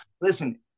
Listen